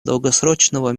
долгосрочного